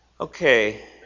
Okay